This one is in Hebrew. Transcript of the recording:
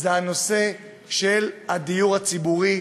וזה הנושא של הדיור הציבורי.